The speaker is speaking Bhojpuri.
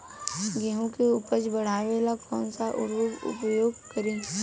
गेहूँ के उपज बढ़ावेला कौन सा उर्वरक उपयोग करीं?